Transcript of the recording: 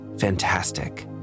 Fantastic